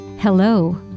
Hello